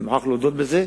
אני מוכרח להודות בזה.